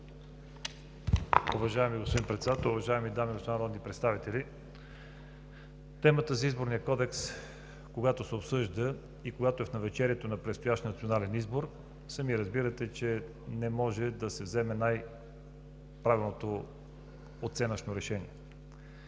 Уважаеми господин Председател, уважаеми дами и господа народни представители! Темата за Изборния кодекс, когато се обсъжда и когато е в навечерието на предстоящ национален избор, сами разбирате, че не може да се вземе най-правилното оценъчно решение.